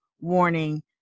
warning